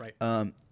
Right